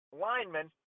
lineman